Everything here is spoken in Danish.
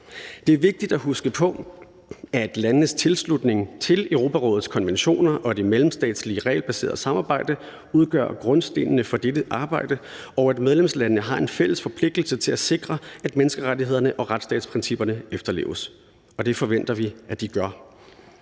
Det er vigtigt at huske på, at landenes tilslutning til Europarådets konventioner og det mellemstatslige regelbaserede samarbejde udgør grundstenene for dette arbejde, og at medlemslandene har en fælles forpligtelse til at sikre, at menneskerettighederne og retsstatsprincipperne efterleves, og det forventer vi at de gør.